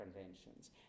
conventions